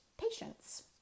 patience